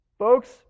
Folks